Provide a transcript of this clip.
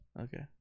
Okay